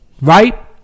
Right